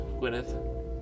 Gwyneth